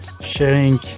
sharing